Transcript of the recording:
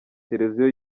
televiziyo